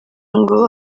ngo